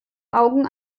augen